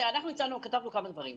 תראה, אנחנו כתבנו כמה דברים.